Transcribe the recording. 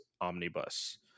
Omnibus